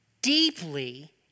deeply